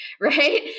right